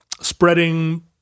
spreading